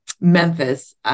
Memphis